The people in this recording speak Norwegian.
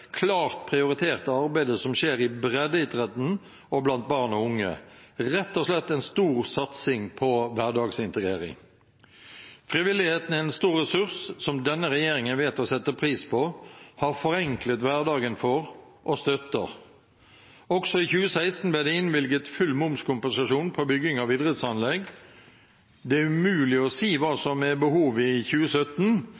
klart prioriterte arbeidet som skjer i breddeidretten og blant barn og unge – rett og slett en stor satsing på hverdagsintegrering. Frivilligheten er en stor ressurs som denne regjeringen vet å sette pris på, har forenklet hverdagen for og støtter. Også i 2016 ble det innvilget full momskompensasjon på bygging av idrettsanlegg. Det er umulig å si hva